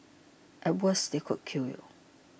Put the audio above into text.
at worst they could kill you